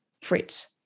Fritz